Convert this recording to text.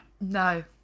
No